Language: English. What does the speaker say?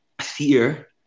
fear